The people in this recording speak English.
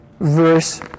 verse